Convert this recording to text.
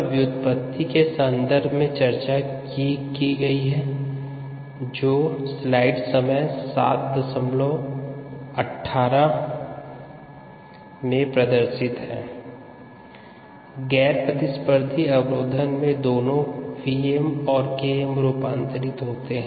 व्युत्पत्ति निम्नानुसार है गैर प्रतिस्पर्धी अवरोधन में दोनों Vm और Km रूपांतरित होते है